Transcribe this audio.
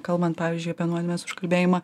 kalbant pavyzdžiui apie nuodėmės užkalbėjimą